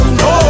no